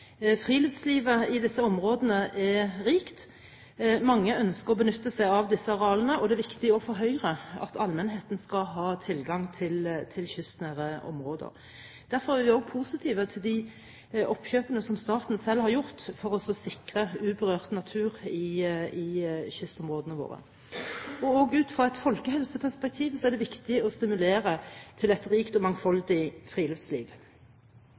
Friluftslivet i disse områdene er rikt. Mange ønsker å benytte seg av disse arealene, og det er viktig også for Høyre at allmennheten skal ha tilgang til kystnære områder. Derfor er vi også positive til de oppkjøpene som staten selv har gjort for å sikre uberørt natur i kystområdene våre. Også ut fra et folkehelseperspektiv er det viktig å stimulere til et rikt og mangfoldig friluftsliv.